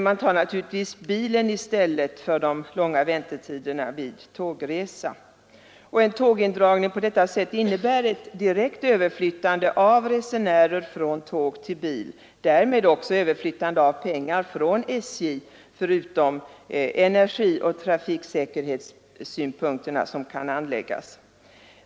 Man tar naturligtvis bilen för att slippa de långa väntetiderna vid tågresa. En tågindragning av det här slaget innebär ett direkt överflyttande av resenärer från tåg till bil, och därmed också överflyttande av pengar från SJ — förutom de energioch trafiksäkerhetssynpunkter som kan anläggas.